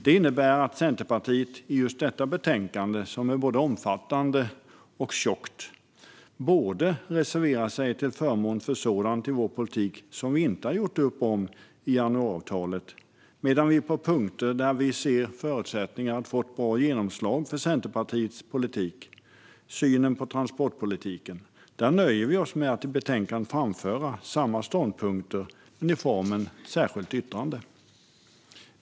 Det här innebär att Centerpartiet i just detta betänkande, som är både omfattande och tjockt, reserverar sig till förmån för sådant i vår politik som vi inte har gjort upp om i januariavtalet. På punkter där vi dock ser förutsättningar att få ett bra genomslag för Centerpartiets politik, till exempel synen på transportpolitiken, nöjer vi oss med att i betänkandet framföra samma ståndpunkter i form av ett särskilt yttrande.